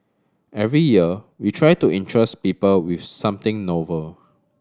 every year we try to interest people with something novel